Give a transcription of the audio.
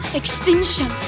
extinction